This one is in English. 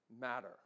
matter